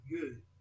good